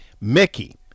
Mickey